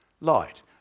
light